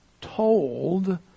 told